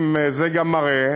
זה גם מראה